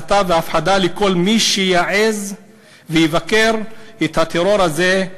הסתה והפחדה של כל מי שיעז לבקר את הטרור הזה,